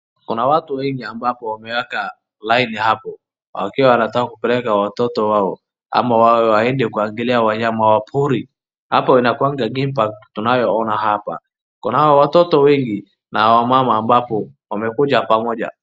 Kuna watu wengi ambapo wameweka laini hapo wakiwa wanataka kupeleka watoto wao ama waende kuangalia wanyama wa pori. Hapo inakuanga Game park tunaye ona hapa. Kuna wawoto wengi na wamama ambapo wamekuja pamoja.